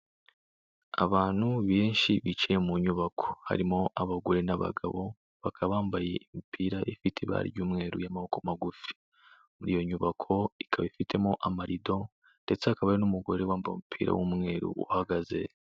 Abantu benshi bicaye mu nyubako harimo abagore n'abagabo, bakaba bambaye imipira ifite ibara ry'umweru y'amaboko magufi. Muri iyo nyubako ikaba ifitemo amarido ndetse hakaba hari n'umugore wambaye umupira w'umweru uhagaze.